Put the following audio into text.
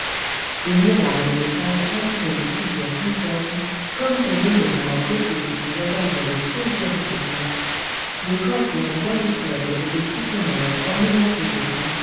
des miroirs de métal entouré de figures difformes comme pour donner à la beauté qui s'y regardait le plaisir du contraste des coffres en bois de cèdre ou de sycomore ornementés et